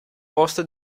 posto